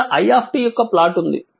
ఇక్కడ i యొక్క plot ఉంది